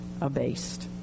abased